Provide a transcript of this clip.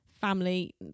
family